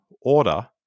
order